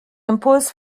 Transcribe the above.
impuls